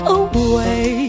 away